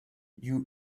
you